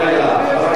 רק רגע.